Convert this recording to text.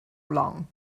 long